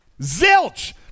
Zilch